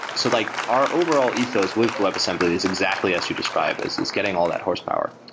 so like our overall ethos with webassembly is exactly as you describe, is is getting all that horsepower.